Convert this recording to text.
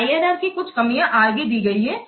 IRR की कुछ कमियाँ आगे दी गई है